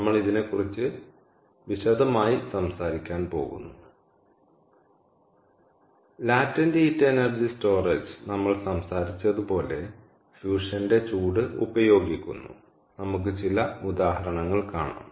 നമ്മൾ ഇതിനെക്കുറിച്ച് വിശദമായി സംസാരിക്കാൻ പോകുന്നു ലാറ്റെന്റ് ഹീറ്റ് എനർജി സ്റ്റോറേജ് നമ്മൾ സംസാരിച്ചതുപോലെ ഫ്യുഷൻന്റെ ചൂട് ഉപയോഗിക്കുന്നു നമുക്ക് ചില ഉദാഹരണങ്ങൾ കാണാം